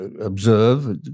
observe